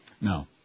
No